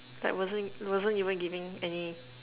like wasn't wasn't even giving any